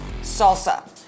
salsa